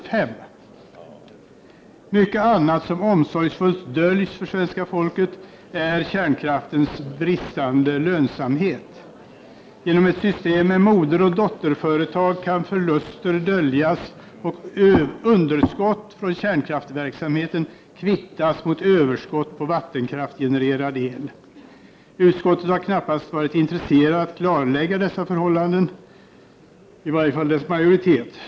Bland mycket annat som omsorgsfullt döljs för svenska folket är frågan | om kärnkraftens bristande lönsamhet. Genom ett system med moderoch dotterföretag kan förluster döljas och underskott från kärnkraftsverksamheten kvittas mot överskott på vattenkraftgenererad el. Utskottet har knappast varit intresserat av att klarlägga dessa förhållanden, i varje fall inte dess majoritet.